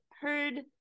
heard